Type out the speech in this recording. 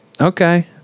Okay